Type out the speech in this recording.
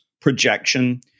projection